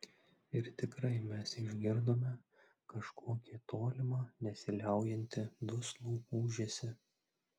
ir tikrai mes išgirdome kažkokį tolimą nesiliaujantį duslų ūžesį